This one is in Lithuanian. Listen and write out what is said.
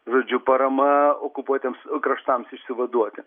žodžiu parama okupuotiems kraštams išsivaduoti